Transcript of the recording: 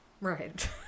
Right